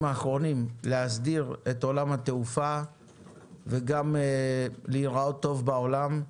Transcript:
האחרונים להסדיר את עולם התעופה וגם להיראות טוב בעולם.